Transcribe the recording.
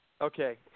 Okay